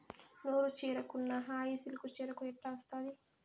నూరు చీరకున్న హాయి సిల్కు చీరకు ఎట్టా వస్తాది